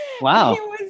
Wow